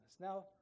now